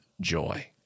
joy